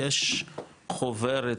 יש חוברת,